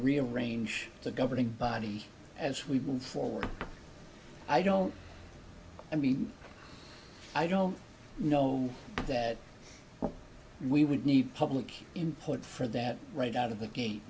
rearrange the governing body as we move forward i don't i mean i don't know that we would need public input for that right out of the ga